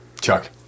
Chuck